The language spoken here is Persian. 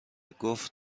گفت